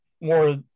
more